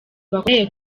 bakomeye